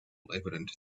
evident